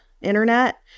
internet